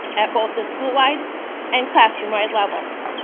at both the schoolwide and classroom wide levels.